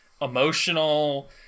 emotional